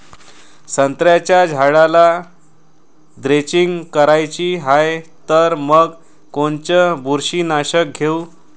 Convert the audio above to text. संत्र्याच्या झाडाला द्रेंचींग करायची हाये तर मग कोनच बुरशीनाशक घेऊ?